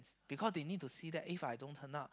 because they need to see that If I don't turn up